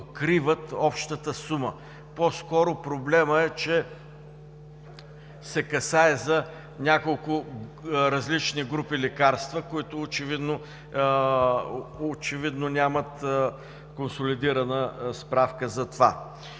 е, че се касае за няколко различни групи лекарства, които очевидно нямат консолидирана справка за това.